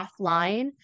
offline